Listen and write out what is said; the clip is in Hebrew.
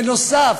בנוסף,